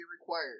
required